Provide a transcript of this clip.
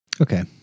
okay